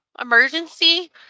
emergency